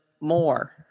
more